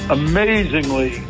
amazingly